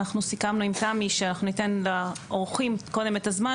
אנחנו סיכמנו עם תמי שאנחנו ניתן לאורחים קודם את הזמן